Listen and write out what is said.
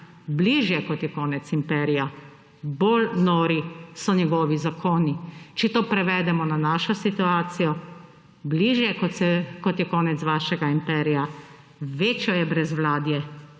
»Bližje kot je konec imperija bolj nori so njegovi zakoni.« Če to prevedemo na našo situacijo: bližje kot je konec vašega imperija, večje **15.